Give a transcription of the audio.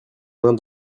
mains